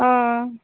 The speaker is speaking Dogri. आं